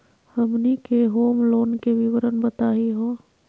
हमनी के home loan के विवरण बताही हो?